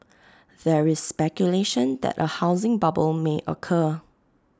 there is speculation that A housing bubble may occur